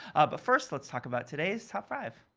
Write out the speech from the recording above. but first let's talk about today's top five.